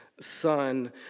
son